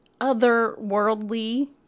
otherworldly